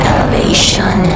Elevation